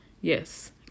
Yes